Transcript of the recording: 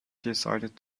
decided